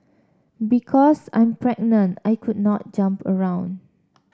because I'm pregnant I could not jump around